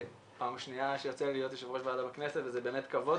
זו פעם שנייה שיוצא לי להיות יושב-ראש ועדה בכנסת וזה באמת כבוד,